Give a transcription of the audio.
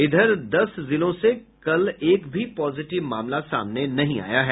इधर दस जिलों से कल एक भी पॉजिटिव मामला सामने नहीं आया है